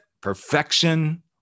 perfection